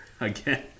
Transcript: again